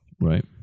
right